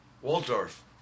Waldorf